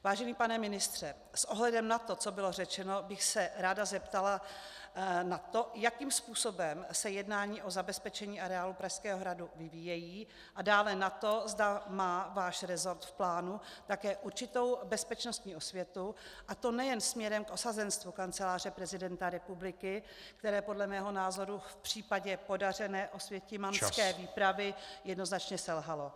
Vážený pane ministře, s ohledem na to, co bylo řečeno, bych se ráda zeptala na to, jakým způsobem se jednání o zabezpečení areálu Pražského hradu vyvíjejí, a dále na to, zda má váš resort v plánu také určitou bezpečnostní osvětu, a to nejen směrem k osazenstvu Kanceláře prezidenta republiky, které podle mého názoru v případě podařené osvětimanské výpravy jednoznačně selhalo.